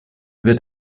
wird